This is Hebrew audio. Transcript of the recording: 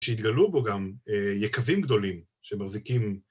שהתגלו בו גם יקבים גדולים שמחזיקים...